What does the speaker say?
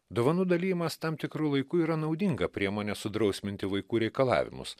dovanų dalijimas tam tikru laiku yra naudinga priemonė sudrausminti vaikų reikalavimus